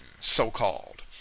so-called